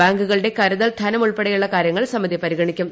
ബാങ്കുകളുടെ കരുതൽ ധനം ഉൾപ്പെടെയുള്ള കാര്യങ്ങൾ സമിതി പരിഗണിക്കും